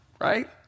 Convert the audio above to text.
right